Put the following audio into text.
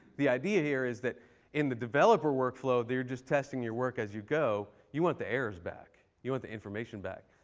the idea here is that in the developer workflow, they're just testing your work as you go. you want the errors back. you want the information back.